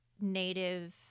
Native